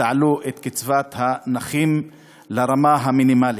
ותעלו את קצבת הנכים לרמה המינימלית.